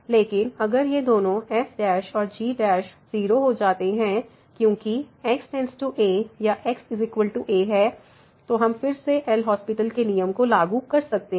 लेकिन अगर ये दोनों f और g 0 हो जाते हैं क्योंकि x→a या xa है तो हम फिर से एल हास्पिटल LHospital के नियम को लागू कर सकते हैं